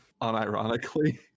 Unironically